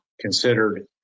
considered